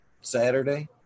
Saturday